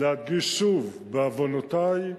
להדגיש שוב, בעוונותי,